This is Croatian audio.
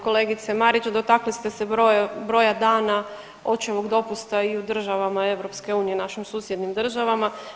Kolegice Marić, dotakli ste se broja dana očevog dopusta i u državama EU i u našim susjednim državama.